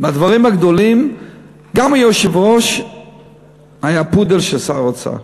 בדברים הגדולים גם היושב-ראש היה פודל של שר האוצר.